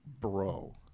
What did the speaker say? bro